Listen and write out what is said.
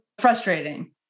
frustrating